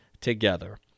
together